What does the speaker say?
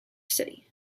city